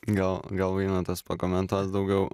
gal gal vainotas pakomentuos daugiau